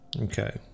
Okay